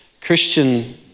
Christian